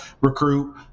recruit